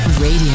Radio